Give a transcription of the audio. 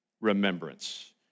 remembrance